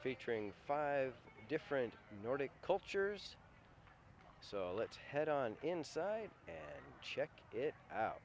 featuring five different nordic cultures so let's head on inside check it out